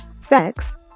sex